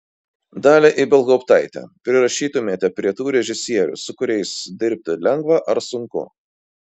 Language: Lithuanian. dalią ibelhauptaitę prirašytumėte prie tų režisierių su kuriais dirbti lengva ar sunku